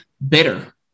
better